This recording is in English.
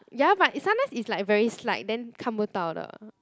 ya but it sometimes is like very slight then 看不到的